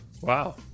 Wow